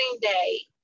day